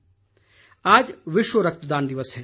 रक्तदान दिवस आज विश्व रक्तदान दिवस है